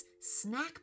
snack